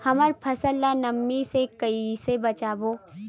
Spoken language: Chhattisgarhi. हमर फसल ल नमी से क ई से बचाबो?